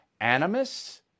animus